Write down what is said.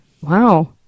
Wow